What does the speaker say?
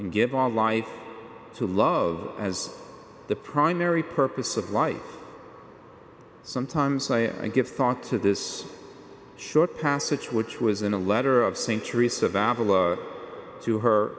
and give all life to love as the primary purpose of life sometimes i give thought to this short passage which was in a letter of century survival to her